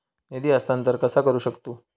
निधी हस्तांतर कसा करू शकतू?